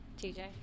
TJ